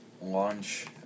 launch